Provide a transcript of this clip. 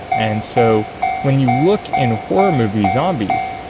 and so when you look in horror movie zombies,